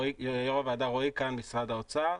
אני ממשרד האוצר.